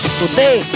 today